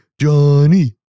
Johnny